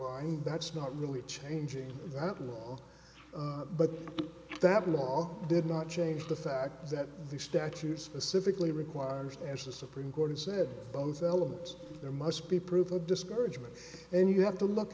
line that's not really changing that law but that law did not change the fact that the statute specifically requires as the supreme court said both elements there must be prove the discouragement and you have to look